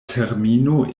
termino